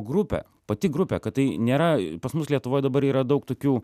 grupę pati grupė kad tai nėra pas mus lietuvoj dabar yra daug tokių